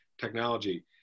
technology